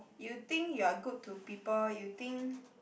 you think you are good to people you think